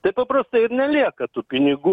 tai paprastai ir nelieka tų pinigų